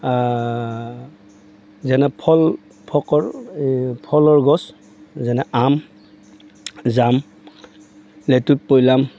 যেনে ফল ফকৰ এই ফলৰ গছ যেনে আম জাম লেতুক পৈলাম